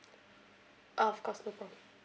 of course no problem